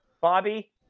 Bobby